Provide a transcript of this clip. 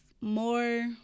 more